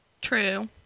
True